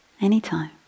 anytime